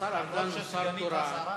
השר ארדן הוא שר תורן.